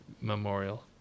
Memorial